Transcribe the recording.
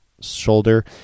shoulder